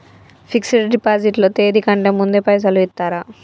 Fix డ్ deposit లో తేది కంటే ముందే పైసలు ఇత్తరా?